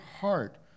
heart